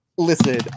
Listen